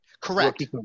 correct